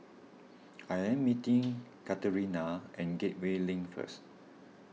I am meeting Katharina at Gateway Link first